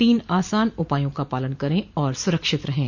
तीन आसान उपायों का पालन करें और सुरक्षित रहें